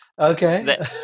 Okay